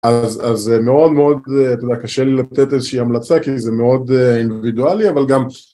אז מאוד מאוד, אתה יודע, קשה לי לתת איזושהי המלצה, כי זה מאוד אינדיבידואלי, אבל גם...